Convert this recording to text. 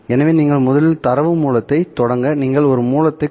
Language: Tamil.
எனவே நீங்கள் முதலில் தரவு மூலத்தை தொடங்க நீங்கள் ஒரு மூலத்தைக் source